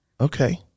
Okay